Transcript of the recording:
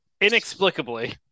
inexplicably